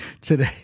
Today